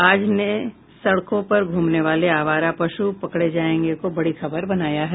आज ने सड़कों पर घूमने वाले आवारा पशु पकड़े जायेंगे को बड़ी खबर बनाया है